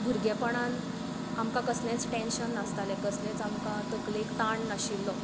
भुरगेपणांत आमकां कसलेंच टॅन्शन नासतालें कसलेंच आमकां तकलेक ताण नाशिल्लो